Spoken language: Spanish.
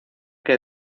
que